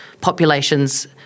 populations